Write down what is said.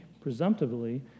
presumptively